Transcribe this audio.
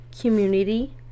community